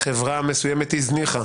חברה מסוימת הזניחה